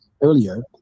earlier